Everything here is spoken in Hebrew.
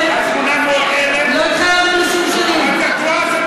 שנים התחייבתם ל-800,000?